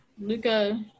Luca